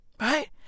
Right